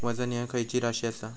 वजन ह्या खैची राशी असा?